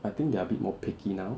I think they are a bit more picky now